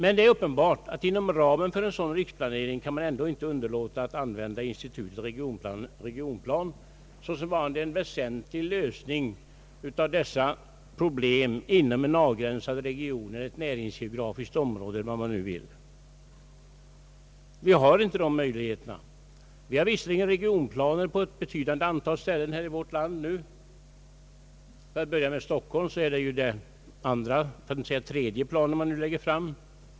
Men det är uppenbart att man inom ramen för en sådan riksplanering ändå inte kan underlåta att använda regionplaneinstitutet såsom varande en väsentlig lösning av dessa problem inom ett näringsgeografiskt begränsat område. Vi har inte dessa möjligheter. Vi har visserligen numera regionplaner på ett betydande antal håll i vårt land. I Stockholm är det den andra eller den tredje planen man nu lägger fram.